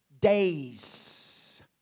days